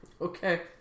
Okay